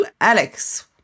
Alex